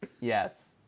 Yes